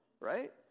right